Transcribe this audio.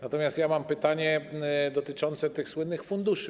Natomiast mam pytanie dotyczące tych słynnych funduszy.